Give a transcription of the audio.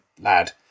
Lad